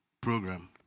program